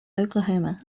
oklahoma